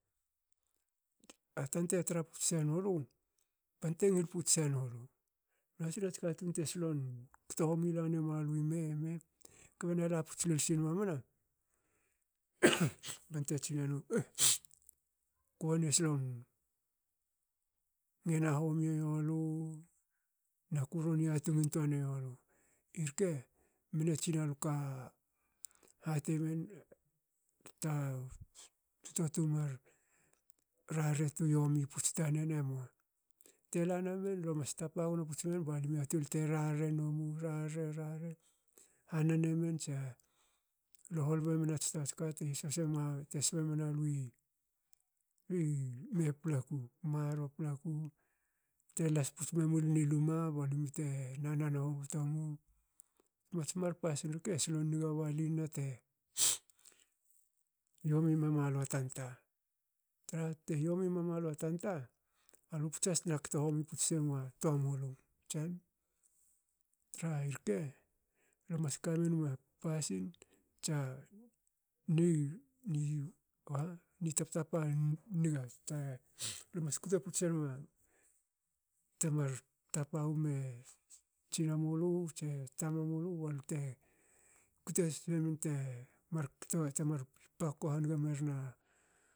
A tante tra puts senulu bante ngil kto puts senulu nua smats katun te slon kto homi lane malui me ni me kbe na laputs lol sin mamana bante tsinenu,"oh kubanie slon ngena homi yolu naku ron yatung intui yolu". irke mne tsinna luka hate miyen ta toa tu mar rarre tu yomi puts tanen emua. Tela namen lemas tapa gno puts memen ba limua tol te rarre nomu rarre. rarre. rarre. hanan emen tsale hol be men ats toats kate sbemen alui bi bi me paplaku. marro paplaku bte las mulin i luma balimte na nan hobto nomu. Mats mar pasin rke slon niga balinna te hiomi me malua tanta traha te hiomi memalua tanta alu puts has te ktohomi puts semuen tamulu tsem. traha irke lemas kamenma pasin tsa ni- ni aha ni taptapa niga, lemas kute puts enum temar tapa wme tsinamulu tse tamamulu balte kute has remen te mar pakoko haniga merma